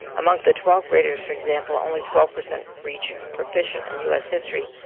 amongst the twelfth graders, for example, only twelve percent reach proficient in u s. history,